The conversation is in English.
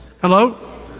hello